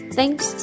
Thanks